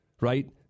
Right